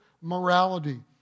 morality